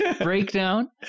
breakdown